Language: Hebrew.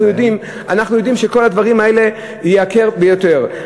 אנחנו יודעים שכל הדברים האלה ייקרו ביותר.